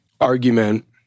argument